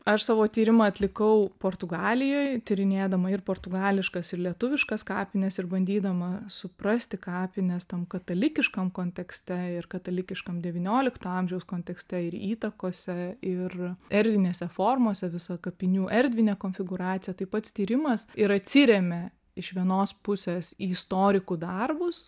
aš savo tyrimą atlikau portugalijoj tyrinėdama ir portugališkas ir lietuviškas kapines ir bandydama suprasti kapines tam katalikiškam kontekste ir katalikiškam devyniolikto amžiaus kontekste ir įtakose ir erdvinėse formose visą kapinių erdvinę konfigūraciją tai pats tyrimas ir atsirėmė iš vienos pusės į istorikų darbus